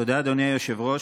תודה, אדוני היושב-ראש.